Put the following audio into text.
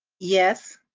yes.